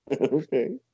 Okay